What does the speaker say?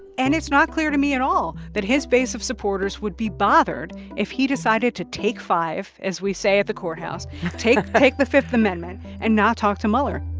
and it's not clear to me at all that his base of supporters would be bothered if he decided to take five, as we say at the courthouse take take the fifth amendment and not talk to mueller